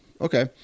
Okay